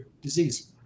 disease